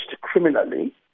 criminally